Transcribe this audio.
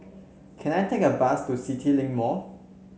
can I take a bus to CityLink Mall